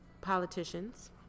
politicians